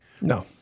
No